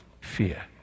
fear